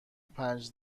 پنج